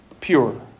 pure